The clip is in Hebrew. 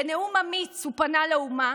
בנאום אמיץ הוא פנה לאומה